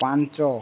ପାଞ୍ଚ